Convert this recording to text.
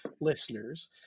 listeners